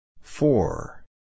four